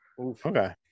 okay